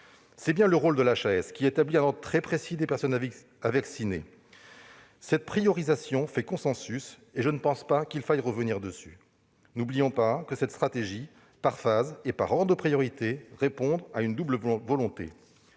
C'est le rôle de la HAS que d'établir un ordre très précis des personnes à vacciner. Cette priorisation fait consensus et je ne pense pas qu'il faille revenir dessus. N'oublions pas que cette stratégie par phases et par ordre de priorité répond à une double volonté